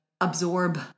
absorb